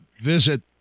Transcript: visit